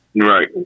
Right